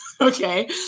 Okay